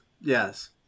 yes